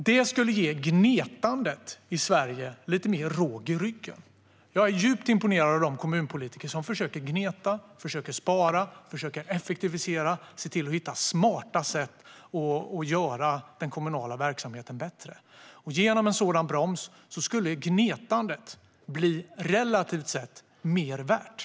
Det skulle ge gnetandet i Sverige lite mer råg i ryggen. Jag är djupt imponerad av de kommunpolitiker som försöker gneta, spara, effektivisera och hitta smarta sätt att göra den kommunala verksamheten bättre. Genom en sådan broms skulle gnetandet bli relativt mer värt.